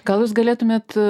gal jūs galėtumėte